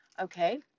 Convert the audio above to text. Okay